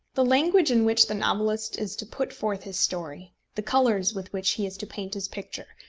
the language in which the novelist is to put forth his story, the colours with which he is to paint his picture,